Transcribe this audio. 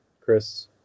Chris